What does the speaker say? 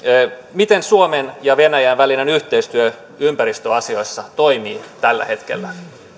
miten suomen ja venäjän välinen yhteistyö ympäristöasioissa toimii nyt tällä hetkellä